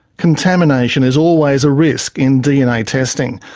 contamination is always a risk in dna testing.